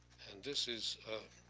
and this is